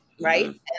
right